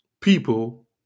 people